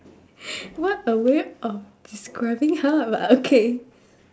what a way of describing her but okay